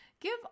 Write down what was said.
Give